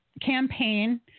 campaign